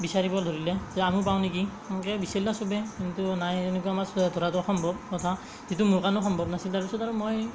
বিচাৰিব ধৰিলে যে আমিও পাম নেকি সেনেকৈও বিচাৰিলে চবেই কিন্তু নাই সেনেকুৱা মাছ ধৰা ধৰাটো অসম্ভৱ কথা সেইটো মোৰ কাৰণেও সম্ভৱ নাছিল তাৰপাছত আৰু মই